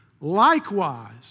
Likewise